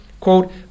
Quote